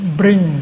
bring